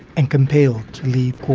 and compelled to leave